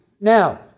Now